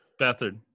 Bathard